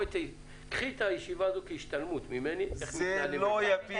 קחי את הישיבה הזו כהשתלמות ממני איך מתנהלים בוועדה.